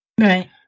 Right